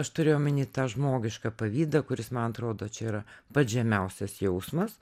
aš turiu omeny tą žmogišką pavydą kuris man atrodo čia yra pats žemiausias jausmas